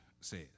says